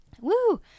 Woo